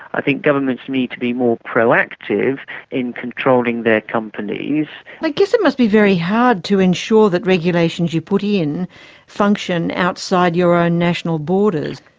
i think governments need to be more proactive in controlling their companies. i like guess it must be very hard to ensure that regulations you put in function outside your own national borders.